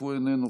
איננו,